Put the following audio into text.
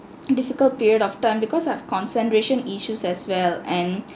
difficult period of time because I've concentration issues as well and